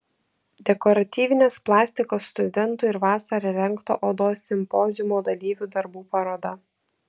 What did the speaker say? dekoratyvinės plastikos studentų ir vasarą rengto odos simpoziumo dalyvių darbų paroda